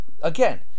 again